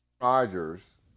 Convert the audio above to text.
Rodgers